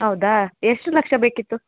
ಹೌದಾ ಎಷ್ಟು ಲಕ್ಷ ಬೇಕಿತ್ತು